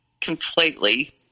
completely